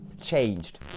changed